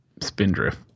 Spindrift